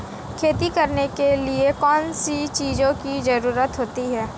खेती करने के लिए कौनसी चीज़ों की ज़रूरत होती हैं?